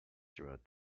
throughout